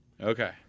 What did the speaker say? Okay